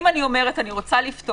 אם אני אומרת שאני רוצה לפתוח,